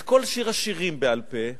את כל שיר השירים בעל-פה,